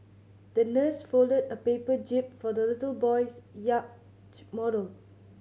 the nurse folded a paper jib for the little boy's yacht model